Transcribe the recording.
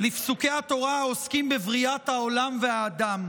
לפסוקי התורה העוסקים בבריאת העולם והאדם.